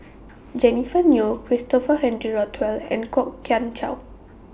Jennifer Yeo Christopher Henry Rothwell and Kwok Kian Chow